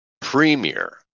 premier